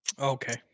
Okay